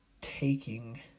taking